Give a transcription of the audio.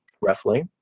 roughly